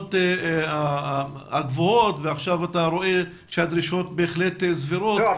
מהדרישות הגבוהות ועכשיו אתה רואה שהדרישות בהחלט סבירות --- לא,